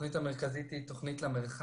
התוכנית המרכזית היא תוכנית 'למרחק',